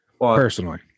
personally